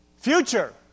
Future